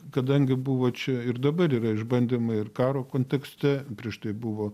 kadangi buvo čia ir dabar yra išbandymai ir karo kontekste prieš tai buvo